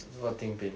what thing pain